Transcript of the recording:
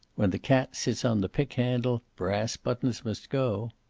when the cat sits on the pickhandle, brass buttons must go.